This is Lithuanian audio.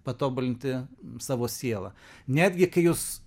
patobulinti savo sielą netgi kai jūs